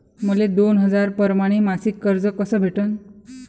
मले दोन हजार परमाने मासिक कर्ज कस भेटन?